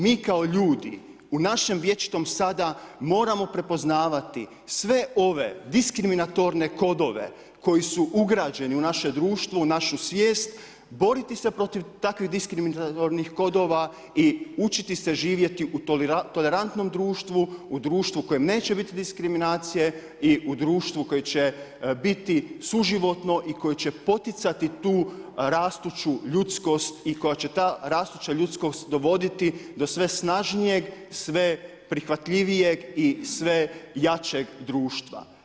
Mi kao ljudi u našem vječitom sada moramo prepoznavati sve ove diskriminatorne kodove koji su ugrađeni u naše društvo, našu svijest, boriti se protiv takvih diskriminatornih kodova i učiti se živjeti u tolerantnom društvu, u društvu u kojem neće biti diskriminacije i u društvu koje će biti suživotno i koje će poticati tu rastuću ljudskost i koja će ta rastuća ljudskost dovoditi do sve snažnijeg, sve prihvatljivijeg i sve jačeg društva.